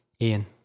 Ian